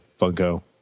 Funko